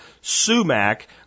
sumac